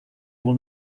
will